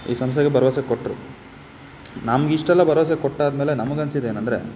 ಈ ಸಂಸ್ಥೆಗೆ ಭರವಸೆ ಕೊಟ್ಟರು ನಮ್ಗೆ ಇಷ್ಟೆಲ್ಲ ಭರವಸೆ ಕೊಟ್ಟಾದ ಮೇಲೆ ನಮಗೆ ಅನ್ಸಿದ್ದು ಏನಂದರೆ